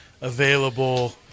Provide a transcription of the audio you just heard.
available